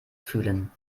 fühlen